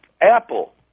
Apple